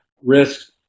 risk